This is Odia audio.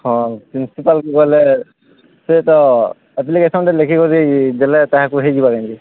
ହଁ ପ୍ରିନ୍ସିପାଲ୍କେ କହେଲେ ସେ ତ ଆପ୍ଲିକେସନ୍ଟେ ଲେଖିକରି ଦେଲେ ତାହାକୁ ହେଇଯିବା କେଁ ଯେ